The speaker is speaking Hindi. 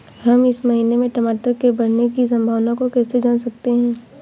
हम इस महीने में टमाटर के बढ़ने की संभावना को कैसे जान सकते हैं?